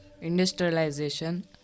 industrialization